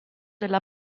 della